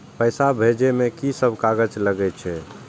पैसा भेजे में की सब कागज लगे छै?